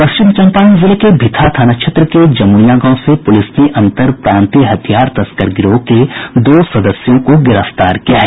पश्चिम चंपारण जिले के भितहा थाना क्षेत्र के जमुनिया गांव से पुलिस ने अंतरप्रांतीय हथियार तस्कर गिरोह के दो सदस्यों को गिरफ्तार किया है